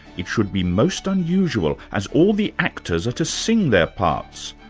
it should be most unusual, as all the actors are to sing their parts.